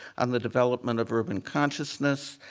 on the development of urban consciousness,